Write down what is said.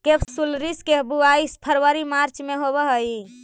केपसुलरिस के बुवाई फरवरी मार्च में होवऽ हइ